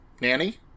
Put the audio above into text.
nanny